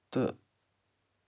تہٕ